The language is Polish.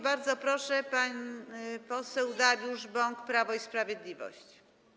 Bardzo proszę, pan poseł Dariusz Bąk, Prawo i Sprawiedliwość.